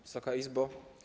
Wysoka Izbo!